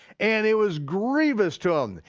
and it was grievous to him.